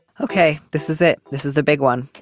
ok. this is it. this is the big one.